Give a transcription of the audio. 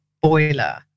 boiler